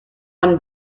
one